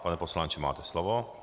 Pane poslanče, máte slovo.